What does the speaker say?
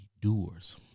doers